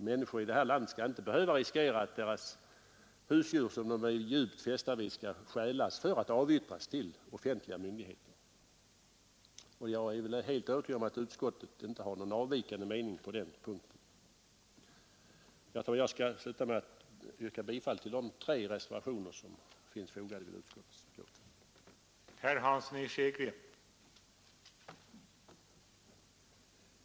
Människor här i landet skall inte behöva riskera att deras husdjur, som de är djupt fästade vid, skall stjälas för att avyttras till offentliga myndigheter. Jag är helt övertygad om att utskottet inte har någon avvikande mening på den punkten. Herr talman! Jag vill sluta med att yrka bifall till de tre reservationer som finns fogade vid utskottets betänkande.